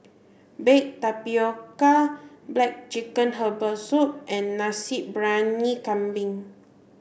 baked tapioca black chicken herbal soup and Nasi Briyani Kambing